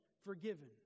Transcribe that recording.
forgiven